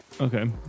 Okay